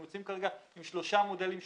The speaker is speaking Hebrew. אנחנו יוצאים כרגע עם שלושה מודלים שונים,